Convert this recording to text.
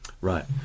Right